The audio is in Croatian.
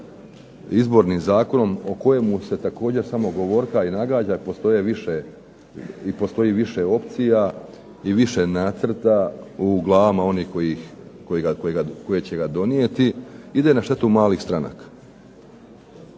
Izbornim zakonom o kojemu se također samo govorka i nagađa. Postoji više opcija i više nacrta u glavama onih koji će ga donijeti, ide na štetu malih stranaka,